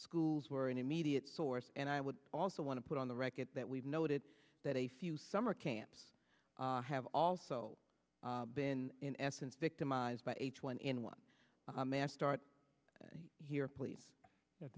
schools were an immediate source and i would also want to put on the record that we've noted that a few summer camps have also been in essence victimized by h one n one mass start here please